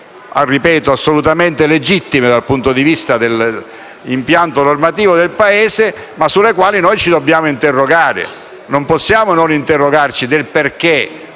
ripeto- assolutamente legittime dal punto di vista dell'impianto normativo del Paese, ma sulle quali noi ci dobbiamo interrogare. Non possiamo non interrogarci del perché